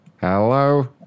Hello